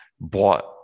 bought